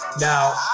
Now